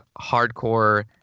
hardcore